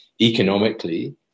Economically